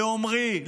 לעומרי,